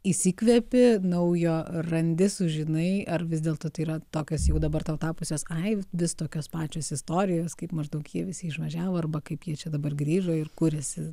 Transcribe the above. įsikvepi naujo randi sužinai ar vis dėlto tai yra tokios jau dabar tau tapusios ai vis tokios pačios istorijos kaip maždaug jie visi išvažiavo arba kaip jie čia dabar grįžo ir kuriasi